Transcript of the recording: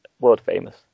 world-famous